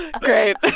Great